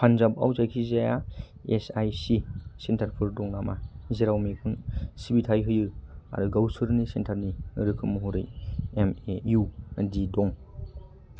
पान्जाबआव जायखिजाया S I C सेन्टारफोर दं नामा जेराव मेगन सिबिथाय होयो आरो गावसोरनि सेन्टारनि रोखोम महरै एम ए इउ डी दं